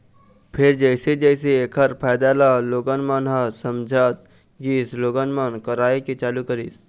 फेर जइसे जइसे ऐखर फायदा ल लोगन मन ह समझत गिस लोगन मन कराए के चालू करिस